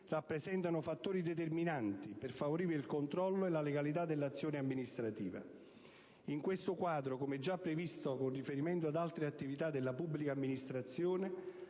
rappresentano fattori determinanti per favorire il controllo e la legalità dell'azione amministrativa. In questo quadro, come già previsto con riferimento ad altre attività della pubblica amministrazione,